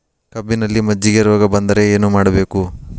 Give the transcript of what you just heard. ಕಬ್ಬಿನಲ್ಲಿ ಮಜ್ಜಿಗೆ ರೋಗ ಬಂದರೆ ಏನು ಮಾಡಬೇಕು?